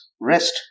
rest